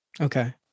okay